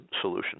solution